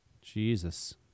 Jesus